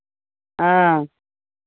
हँ